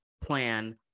plan